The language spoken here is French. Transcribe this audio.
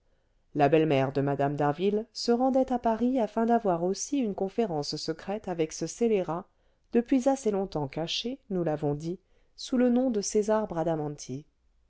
la belle-mère de mme d'harville se rendait à paris afin d'avoir aussi une conférence secrète avec ce scélérat depuis assez longtemps caché nous l'avons dit sous le nom de césar